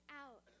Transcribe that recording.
out